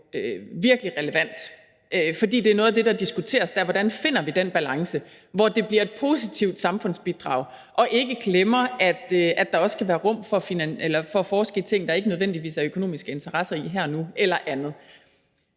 virkelig relevant, altså fordi det er noget af det, der diskuteres, nemlig hvordan vi finder den balance, hvor det bliver et positivt samfundsbidrag, og ikke glemmer, at der også skal være rum for at forske i ting, der ikke nødvendigvis er økonomiske interesser i her og nu – eller andet.